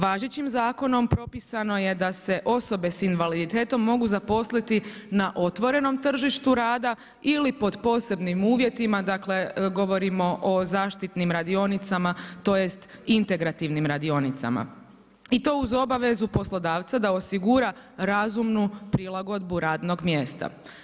Važećim zakonom propisano je da se osobe s invaliditetom mogu zaposliti na otvorenom tržištu rada ili pod posebnim uvjetima dakle govorimo o zaštitnim radionicama tj. integrativnim radionicama i to uz obavezu poslodavaca da osigura razumnu prilagodbu radnog mjesta.